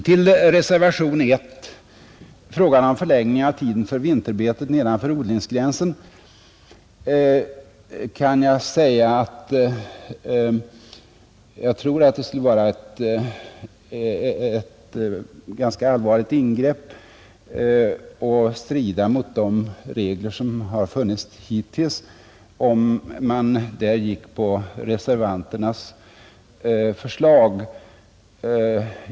Till reservation 1, avseende frågan om förlängning av tiden för vinterbetet nedanför odlingsgränsen, kan jag säga att jag tror att det skulle vara ett ganska allvarligt ingrepp och strida mot de regler som funnits hittills, om kammaren skulle bifalla reservanternas förslag.